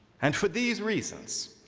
and for these reasons,